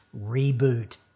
reboot